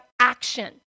action